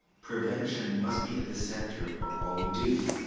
prevention must be at the centre of all we do.